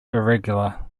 irregular